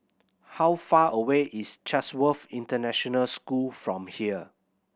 how far away is Chatsworth International School from here